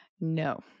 No